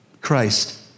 Christ